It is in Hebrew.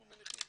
אנחנו מניחים